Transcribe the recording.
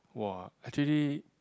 [wah] actually